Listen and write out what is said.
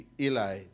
Eli